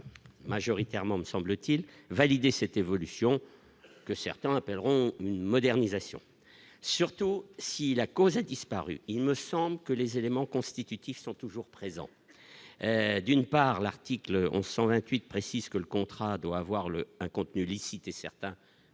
majoritairement, me semble-t-il valider cette évolution que certains appelleront une modernisation, surtout si la cause a disparu, il me semble que les éléments constitutifs sont toujours présents, d'une part, l'article 1128 précise que le contrat doit avoir le un contenu licite et certains